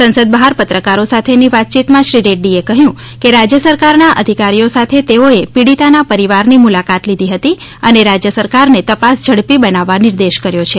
સંસદ બહાર પત્રકારો સાથેની વાતચીતમાં શ્રી રેડ્ડીએ કહ્યું કે રાજ્યસરકારના અધિકારીઓ સાથે તેઓએ પીડીતાના પરિવારની મુલાકાત લીધી હતી અને રાજ્યસરકારને તપાસ ઝડપી બનાવવા નિર્દેશ કર્યો છે